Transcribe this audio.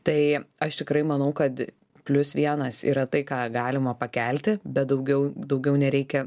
tai aš tikrai manau kad plius vienas yra tai ką galima pakelti bet daugiau daugiau nereikia